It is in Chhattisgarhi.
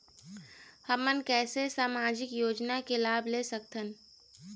हमन कैसे सामाजिक योजना के लाभ ले सकथन?